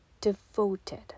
devoted